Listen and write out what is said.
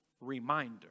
reminder